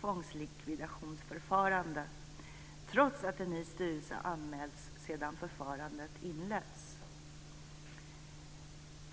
tvångslikvidationsförfarandet fullföljs trots att en ny styrelse anmälts sedan förfarandet inletts.